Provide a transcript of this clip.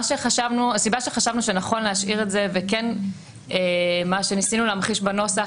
הסיבה שחשבנו שנכון להשאיר את זה וניסינו להמחיש בנוסח